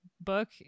book